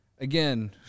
again